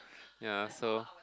ya so